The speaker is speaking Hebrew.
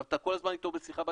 אתה כל הזמן איתו בשיחה בטלפון,